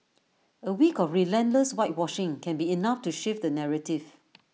A week of relentless whitewashing can be enough to shift the narrative